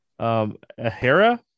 Ahara